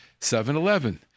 7-Eleven